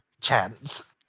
chance